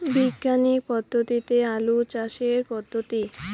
বিজ্ঞানিক পদ্ধতিতে আলু চাষের পদ্ধতি?